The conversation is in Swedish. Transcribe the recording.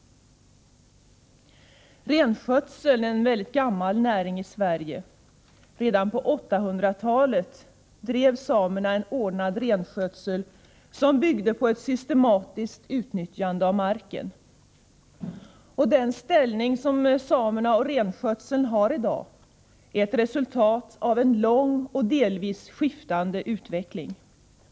Renskötseln är en mycket gammal näring i Sverige. Redan på 800-talet bedrev samerna en ordnad renskötsel, som byggde på ett systematiskt utnyttjande av marken. Den ställning som samerna och renskötseln har i dag är resultat av en lång och delvis skiftande utveckling.